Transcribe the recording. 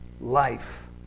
life